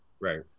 Right